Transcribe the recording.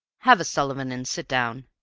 have a sullivan and sit down.